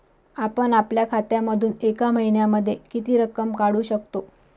आपण आपल्या खात्यामधून एका महिन्यामधे किती रक्कम काढू शकतो?